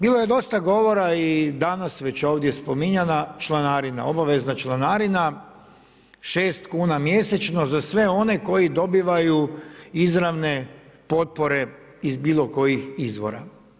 Bilo je dosta govora i danas već ovdje spominjana, članarina, obavezna članarina, 6kn mjesečno za sve one koji dobivaju izravne potpore iz bilo kojih izvora.